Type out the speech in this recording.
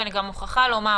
אני מוכרחה לומר,